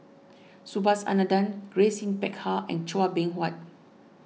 Subhas Anandan Grace Yin Peck Ha and Chua Beng Huat